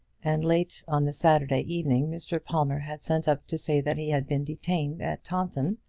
and late on the saturday evening mr. palmer had sent up to say that he had been detained at taunton,